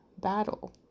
battle